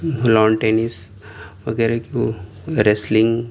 lawn tennis وغیرہ کی وہ ریسلنگ